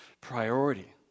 priority